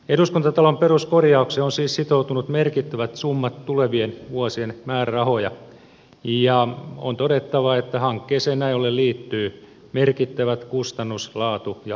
eduskuntatalon peruskorjaukseen ovat siis sitoutuneet merkittävät summat tulevien vuosien määrärahoja ja on todettava että hankkeeseen näin ollen liittyvät merkittävät kustannus laatu ja aikatauluriskit